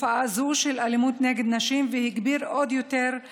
תופעה זו של אלימות נגד נשים והגביר עוד יותר את